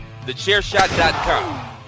TheChairShot.com